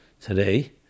Today